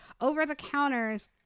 Over-the-counters